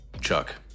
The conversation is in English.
Chuck